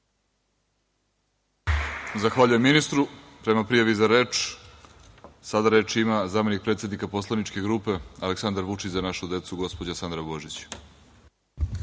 Zahvaljujem ministru. Prema prijavi za reč, sada reč ima zamenik predsednika poslaničke grupe Aleksandar Vučić – Za našu decu gospođa Sandra Božić.